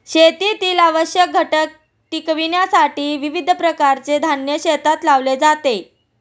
शेतीतील आवश्यक घटक टिकविण्यासाठी विविध प्रकारचे धान्य शेतात लावले जाते